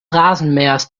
rasenmähers